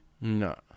No